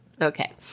Okay